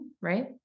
right